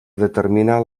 determinar